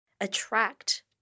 attract